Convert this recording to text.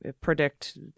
predict